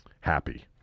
happy